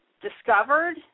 discovered